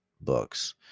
books